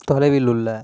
தொலைவில் உள்ள